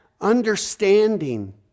understanding